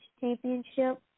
championship